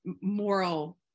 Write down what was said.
moral